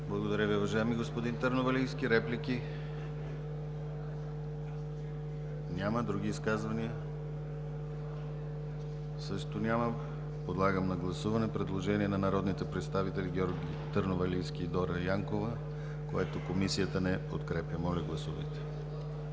Благодаря Ви, уважаеми господин Търновалийски. Реплики? Няма. Други изказвания? Няма. Подлагам на гласуване предложение на народните представители Георги Търновалийски и Дора Янкова, което Комисията не подкрепя. Гласували